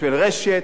בשביל "רשת",